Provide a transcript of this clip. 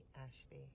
Ashby